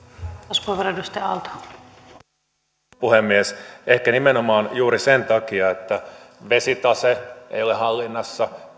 arvoisa rouva puhemies ehkä nimenomaan juuri sen takia että vesitase ei ole hallinnassa